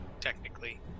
technically